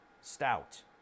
stout